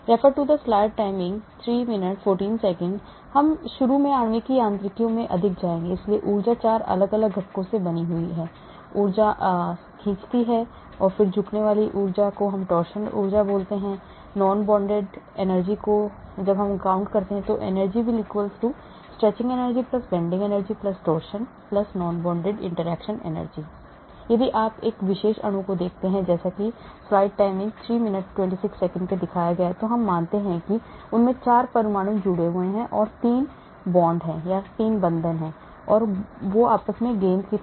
इसलिए हम शुरू में आणविक यांत्रिकी में और अधिक जाएंगे इसलिए ऊर्जा 4 अलग अलग घटकों से बनी होती है ऊर्जा खींचती है ऊर्जा खींचती है फिर झुकने वाली ऊर्जा मरोड़ ऊर्जा गैर बंधुआ ऊर्जा Energy Stretching Energy Bending Energy Torsion Energy Non Bonded Interaction Energy इसलिए यदि आप विशेष अणु को देखते हैं तो यह मानते हैं कि इसमें 4 परमाणु जुड़े हुए हैं या 3 बंधन गठन में 4 गेंदें जुड़ी हुई हैं